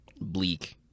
bleak